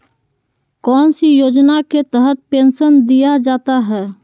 कौन सी योजना के तहत पेंसन दिया जाता है?